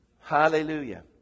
Hallelujah